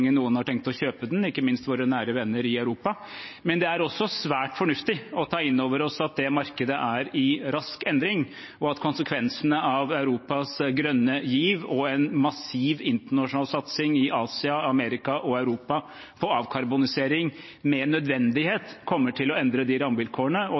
noen har tenkt å kjøpe det, ikke minst våre nære venner i Europa. Men det er også svært fornuftig at vi tar inn over oss at det markedet er i rask endring, og at konsekvensene av Europas grønne giv og en massiv internasjonal satsing i Asia, Amerika og Europa på avkarbonisering med